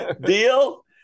Deal